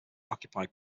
occupied